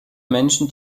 menschen